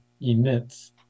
emits